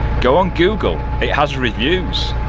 go on google, it has reviews,